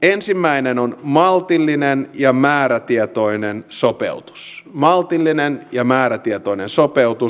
ensimmäinen on maltillinen ja määrätietoinen sopeutus maltillinen ja määrätietoinen sopeutus